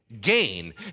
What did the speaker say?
gain